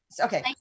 okay